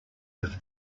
have